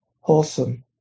wholesome